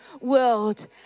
world